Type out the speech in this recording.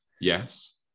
Yes